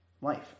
life